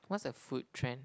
what's a food trend